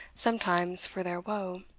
sometimes for their wo.